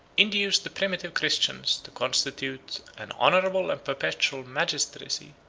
induced the primitive christians to constitute an honorable and perpetual magistracy,